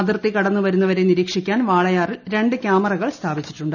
അതിർത്തി കടന്നു വരുന്നവരെ പ്നിർട്ടിക്ഷിക്കാൻ വാളയാറിൽ രണ്ട് ക്യാമറകൾ സ്ഥാപിച്ചിട്ടുണ്ട്